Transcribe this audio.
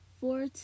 four